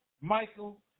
Michael